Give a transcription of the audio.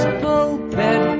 pulpit